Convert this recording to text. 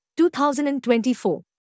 2024